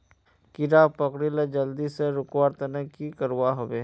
कीड़ा पकरिले जल्दी से रुकवा र तने की करवा होबे?